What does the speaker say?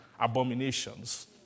abominations